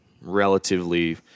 relatively